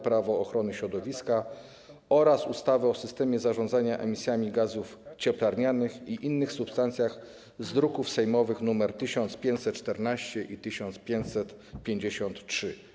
Prawo ochrony środowiska oraz ustawy o systemie zarządzania emisjami gazów cieplarnianych i innych substancji z druków sejmowych nr 1514 i 1553.